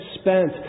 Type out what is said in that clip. spent